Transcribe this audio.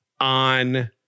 on